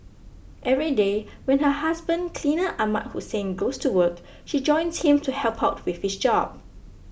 every day when her husband cleaner Ahmad Hussein goes to work she joins him to help out with his job